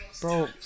Bro